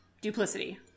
duplicity